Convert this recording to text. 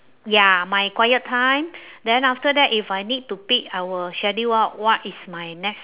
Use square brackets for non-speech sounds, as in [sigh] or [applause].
ya my quiet time [breath] then after that if I need to peek I will schedule out what is my next